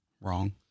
Wrong